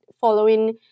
following